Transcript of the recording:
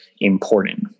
important